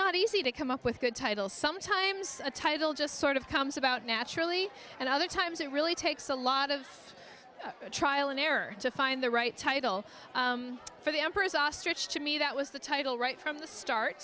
not easy to come up with good titles sometimes a title just sort of comes about naturally and other times it really takes a lot of trial and error to find the right title for the emperor's ostrich to me that was the title right from the start